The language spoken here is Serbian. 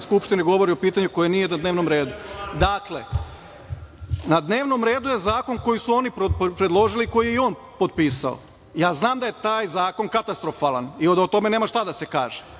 skupštine govori o pitanju koje nije na dnevnom redu. Dakle, na dnevnom redu je zakon koji su oni predložili, a koji je i on potpisao. Ja znam da je taj zakon katastrofalan i da o tome nema šta da se kaže,